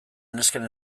nesken